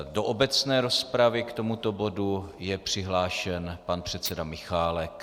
Do obecné rozpravy k tomuto bodu je přihlášen pan předseda Michálek.